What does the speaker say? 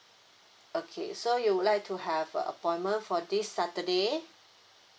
okay so you would like to have a appointment for this saturday